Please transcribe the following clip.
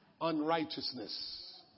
Unrighteousness